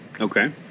Okay